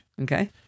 Okay